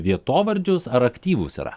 vietovardžius ar aktyvūs yra